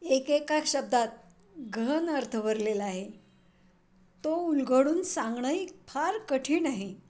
एकएका शब्दात गहन अर्थ भरलेला आहे तो उलगडून सांगणंही फार कठीण आहे